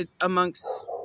amongst